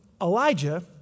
Elijah